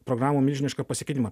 programų milžinišką pasikeitimą